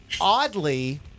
oddly